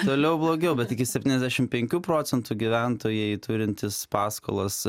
toliau blogiau bet iki septyniasdešimt penkių procentų gyventojai turintys paskolas